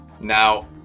Now